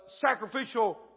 sacrificial